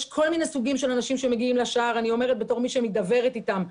יש כל מיני סוגים של אנשים שמגיעים ואני אומרת את זה כמי שמדברת אתם.